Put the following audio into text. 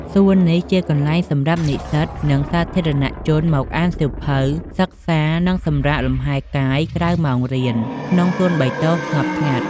សួននេះ ជាកន្លែងសម្រាប់និស្សិត និងសាធារណៈជនមកអានសៀវភៅ សិក្សា និងសម្រាកលំហែកាយក្រៅម៉ោងរៀន ក្នុងសួនបៃតង ស្ងប់ស្ងាត់។